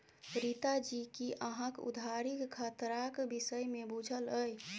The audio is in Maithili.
रीता जी कि अहाँक उधारीक खतराक विषयमे बुझल यै?